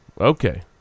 Okay